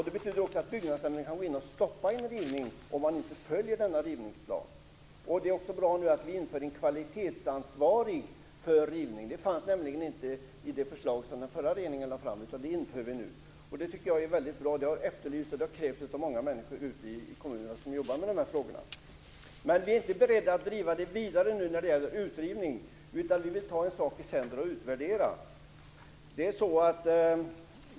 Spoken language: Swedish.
Det betyder också att Byggnadsnämnden kan gå in och stoppa en rivning om man inte följer rivningsplanen. Det införs nu också en kvalitetsansvarig för rivning - det fanns inte med i det förslag som den förra regeringen lade fram. Det tycker jag är väldigt bra, och det har efterlysts av många människor ute i kommunerna som jobbar med dessa frågor. Men vi är inte beredda att driva frågan vidare när det gäller utrivning, utan vi vill ta en sak i sänder och utvärdera.